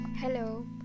Hello